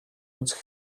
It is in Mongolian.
үзэх